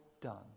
done